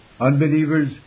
Unbelievers